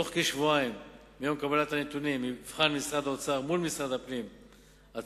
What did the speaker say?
בתוך כשבועיים מיום קבלת הנתונים יבחן משרד האוצר מול משרד הפנים את